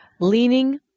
Leaning